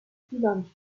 schülern